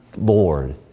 Lord